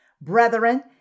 Brethren